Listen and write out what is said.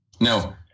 Now